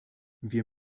wir